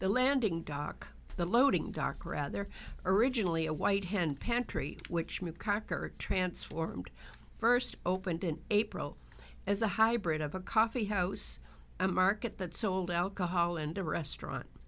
the landing dock the loading dock rather originally a white hen pantry which meant cocker transformed first opened in april as a hybrid of a coffee house a market that sold out to holland a restaurant